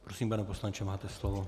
Prosím, pane poslanče, máte slovo.